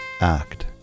act